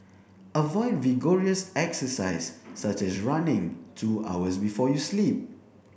avoid vigorous exercise such as running two hours before you sleep